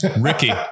Ricky